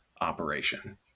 operation